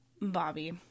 bobby